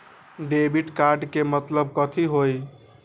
Debit card के मतलब कथी होई?